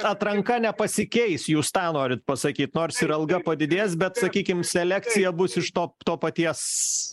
atranka nepasikeis jūs tą norit pasakyt nors ir alga padidės bet sakykim selekcija bus iš to to paties